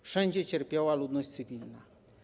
Wszędzie cierpiała ludność cywilna.